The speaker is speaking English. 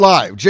Live